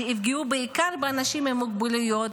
מה שיפגע בעיקר באנשים עם מוגבלויות